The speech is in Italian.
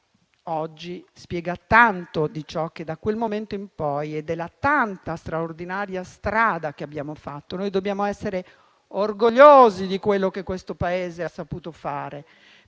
oggi spiega tanto di ciò che da quel momento in poi abbiamo fatto e della tanta straordinaria strada che abbiamo percorso. Noi dobbiamo essere orgogliosi di quello che questo Paese ha saputo fare,